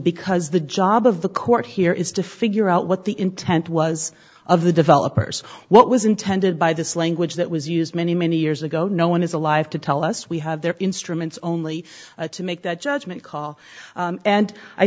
because the job of the court here is to figure out what the intent was of the developers what was intended by this language that was used many many years ago no one is alive to tell us we have their instruments only to make that judgment call and i